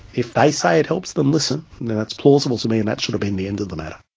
if they say it helps them listen then it's plausible to me, and that should have been the end of the matter.